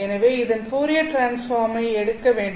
எனவே இதன் Fourier transform ஐக் எடுக்க வேண்டும்